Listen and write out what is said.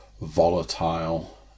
volatile